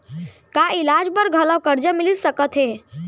का इलाज बर घलव करजा मिलिस सकत हे?